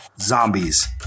zombies